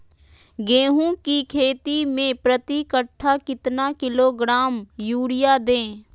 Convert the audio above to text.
गेंहू की खेती में प्रति कट्ठा कितना किलोग्राम युरिया दे?